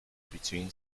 between